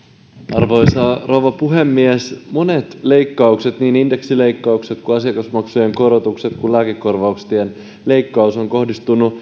arvoisa rouva puhemies monet leikkaukset niin indeksileikkaukset kuin asiakasmaksujen korotukset kuin lääkekorvausten leikkaus ovat kohdistuneet